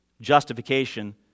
justification